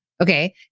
Okay